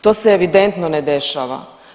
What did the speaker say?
To se evidentno ne dešava.